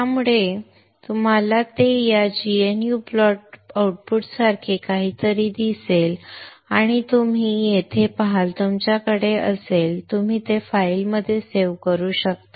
त्यामुळे तुम्हाला ते या gnu प्लॉट आउटपुटसारखे काहीतरी दिसेल आणि तुम्ही येथे पहाल तुमच्याकडे असेल तुम्ही ते फाइलमध्ये सेव्ह करू शकता